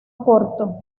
corto